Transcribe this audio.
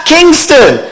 Kingston